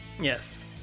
Yes